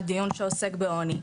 על דיון שעוסק בעוני.